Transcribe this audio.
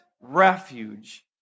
refuge